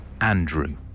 Andrew